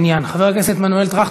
חברת הכנסת עאידה תומא סלימאן,